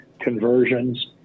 conversions